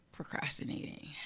procrastinating